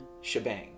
shebang